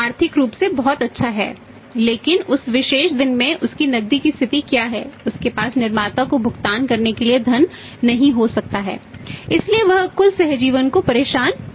वह आर्थिक रूप से बहुत अच्छा है लेकिन उस विशेष दिन में उसकी नकदी की स्थिति क्या है उसके पास निर्माता को भुगतान करने के लिए धन नहीं हो सकता है इसलिए वह कुल सहजीवन को परेशान कर सकता है